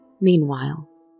Meanwhile